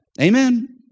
Amen